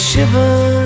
Shiver